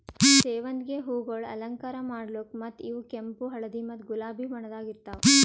ಸೇವಂತಿಗೆ ಹೂವುಗೊಳ್ ಅಲಂಕಾರ ಮಾಡ್ಲುಕ್ ಮತ್ತ ಇವು ಕೆಂಪು, ಹಳದಿ ಮತ್ತ ಗುಲಾಬಿ ಬಣ್ಣದಾಗ್ ಇರ್ತಾವ್